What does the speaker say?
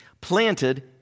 planted